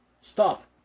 Stop